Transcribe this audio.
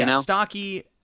stocky